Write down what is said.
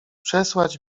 przesłać